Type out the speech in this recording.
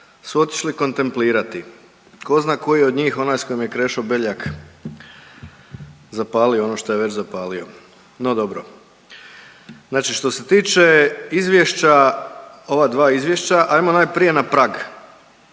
su otišli kontemplirati. Tko zna koji od njih onaj s kojim je Krešo Beljak zapalio ono što je već zapalio. No dobro. Znači što se tiče izvješća ova dva izvješća ajmo najprije na Prag,